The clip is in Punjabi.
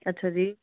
ਅੱਛਾ ਜੀ